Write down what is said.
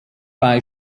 bei